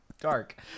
Dark